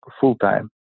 full-time